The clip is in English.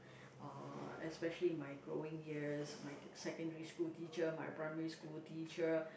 uh especially my growing years my secondary school teacher my primary school teacher